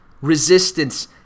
resistance